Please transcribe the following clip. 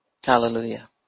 Hallelujah